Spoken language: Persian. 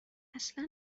اصلا